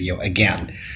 again